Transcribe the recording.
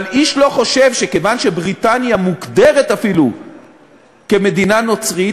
אבל איש לא חושב שכיוון שבריטניה מוגדרת אפילו כמדינה נוצרית,